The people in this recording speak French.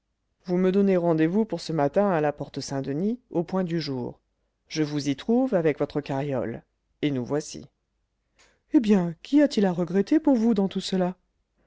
vous me donnez rendez-vous pour ce matin à la porte saint-denis au point du jour je vous y trouve avec votre carriole et nous voici eh bien qu'y a-t-il à regretter pour vous dans tout cela